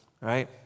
right